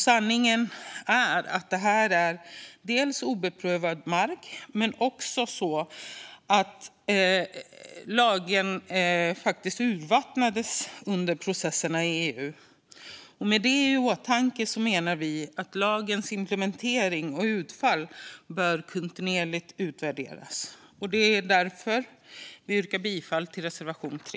Sanningen är att det här är obruten mark, men det är också så att lagen urvattnades under processerna i EU. Med det i åtanke menar vi att lagens implementering och utfall kontinuerligt bör utvärderas. Därför yrkar vi bifall till reservation 3.